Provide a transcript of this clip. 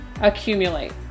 accumulate